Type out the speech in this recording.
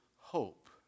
hope